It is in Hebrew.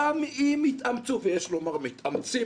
גם אם יתאמצו ויש לומר שמתאמצים,